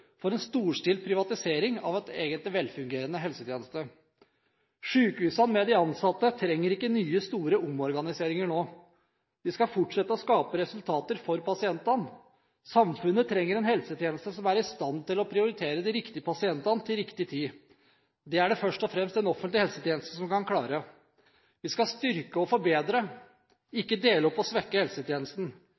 for en storstilt privatisering av vår egen velfungerende helsetjeneste. Sykehusene – med de ansatte – trenger ikke nye, store omorganiseringer nå. De skal fortsette å skape resultater for pasientene. Samfunnet trenger en helsetjeneste som er i stand til å prioritere de riktige pasientene til riktig tid. Det er det først og fremst en offentlig helsetjeneste som kan klare. Vi skal styrke og forbedre, ikke dele opp og svekke helsetjenesten.